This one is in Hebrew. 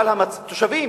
אבל התושבים